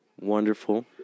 wonderful